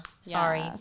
Sorry